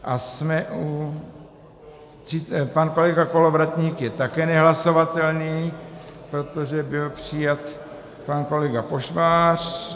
A jsme u pan kolega Kolovratník je také nehlasovatelný, protože byl přijat pan kolega Pošvář.